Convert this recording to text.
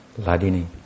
Ladini